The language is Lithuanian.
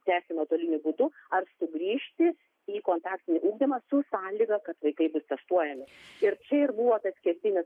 tęsti nuotoliniu būdu ar sugrįžti į kontaktinį ugdymą su sąlyga kad vaikai bus testuojami ir čia ir buvo tas kertinis